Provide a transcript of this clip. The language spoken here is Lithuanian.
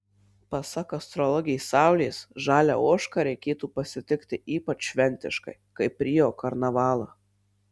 pasak astrologės saulės žalią ožką reikėtų pasitikti ypač šventiškai kaip rio karnavalą